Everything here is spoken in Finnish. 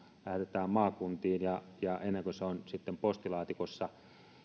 lähetetään maakuntiin ja ja ennen kuin se on sitten postilaatikossa